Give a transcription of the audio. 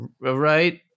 right